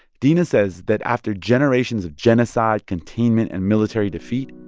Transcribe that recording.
dina says that after generations of genocide, containment and military defeat,